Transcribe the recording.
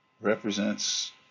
represents